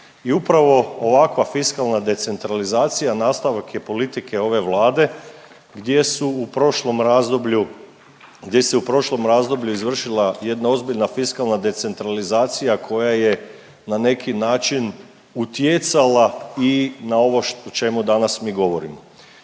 I upravo ovakva fiskalna decentralizacija nastavak je politike ove Vlade gdje su u prošlom razdoblju, gdje se u prošlom razdoblju izvršila jedna ozbiljna fiskalna decentralizacija koja je na neki način utjecala i na ovo o čemu mi danas govorimo,